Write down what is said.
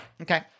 Okay